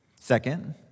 Second